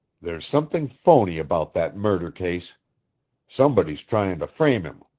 there's something phony about that murder case somebody's tryin' to frame him.